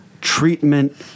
treatment